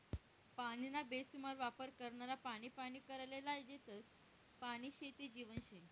पानीना बेसुमार वापर करनारा पानी पानी कराले लायी देतस, पानी शे ते जीवन शे